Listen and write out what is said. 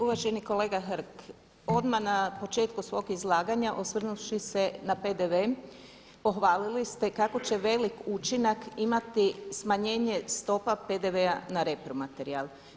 Uvaženi kolega Hrg, odmah na početku svog izlaganja osvrnuvši se na PDV pohvalili ste kako će velik učinak imati smanjenje stopa PDV-a na repromaterijal.